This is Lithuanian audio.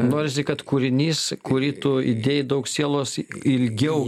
norisi kad kūrinys kurį tu įdėjai daug sielos ilgiau